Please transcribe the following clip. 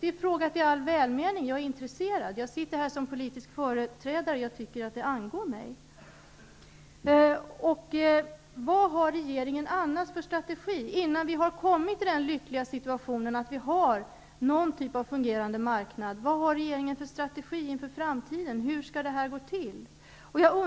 Det är frågat i all välmening. Jag är intresserad. Jag sitter här som politisk företrädare, och jag tycker att det angår mig. Vad har regeringen annars för strategi, innan vi har kommmit i den lyckliga situationen att vi har någon typ av fungerande marknad? Vad har regeringen för strategi inför framtiden? Hur skall det här gå till?